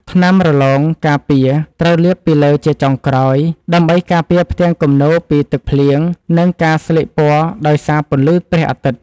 ថ្នាំរលោងការពារ ត្រូវលាបពីលើជាចុងក្រោយ ដើម្បីការពារផ្ទាំងគំនូរពីទឹកភ្លៀង និងការស្លេកពណ៌ដោយសារពន្លឺព្រះអាទិត្យ។